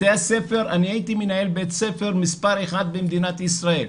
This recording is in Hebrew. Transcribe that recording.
הייתי מנהל בית ספר מספר 1 במדינת ישראל,